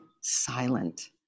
silent